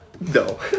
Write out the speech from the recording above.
No